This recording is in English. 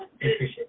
Appreciate